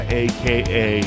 aka